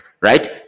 right